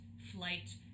flight